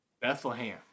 Bethlehem